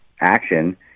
action